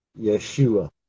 Yeshua